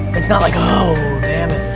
it's not like oh dammit.